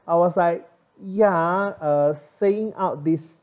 I was like ya uh saying out this